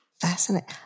Fascinating